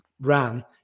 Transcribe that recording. ran